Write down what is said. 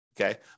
okay